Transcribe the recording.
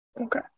Okay